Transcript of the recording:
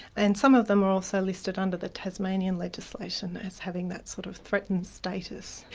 and some of them are also listed under the tasmanian legislation as having that sort of threatened status.